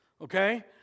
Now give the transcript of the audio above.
okay